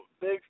big